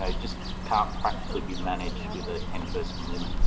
ah just can't practically be managed with a ten person limit.